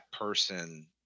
person